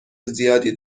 زیادی